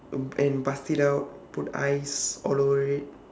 mm and bust it out put ice all over it